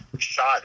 Shot